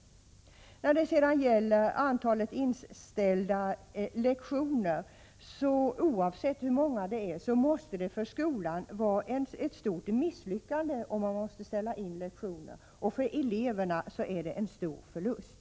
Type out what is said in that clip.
Vad gäller frågan om antalet inställda lektioner måste sådana för skolan vara ett stort misslyckande, oavsett hur många lektioner det är som måste ställas in. För eleverna är de en stor förlust.